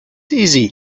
easy